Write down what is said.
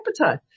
appetite